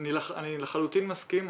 אני לחלוטין מסכים.